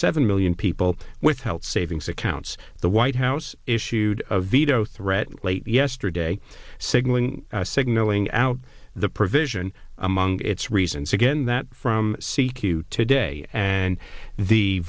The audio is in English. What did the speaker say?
seven million people with health savings accounts the white house issued a veto threat late yesterday signaling signaling out the provision among its reasons again that from c q today and the